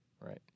Right